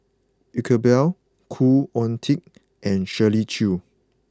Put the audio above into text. Iqbal Khoo Oon Teik and Shirley Chew